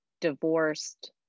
divorced